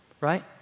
right